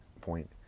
point